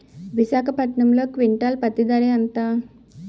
విశాఖపట్నంలో క్వింటాల్ పత్తి ధర ఎంత?